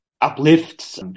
uplifts